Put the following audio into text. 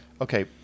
Okay